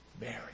Mary